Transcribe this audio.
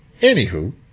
Anywho